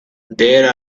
there